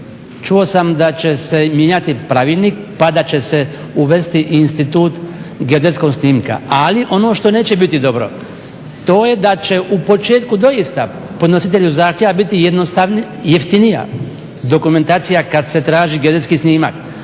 čuo sam da će se mijenjati pravilnik pa da će se uvesti institut geodetskog snimka. Ali ono što neće biti dobro to je da će u početku doista podnositelju zahtjeva biti jeftinija dokumentacija kada se traži geodetski snimak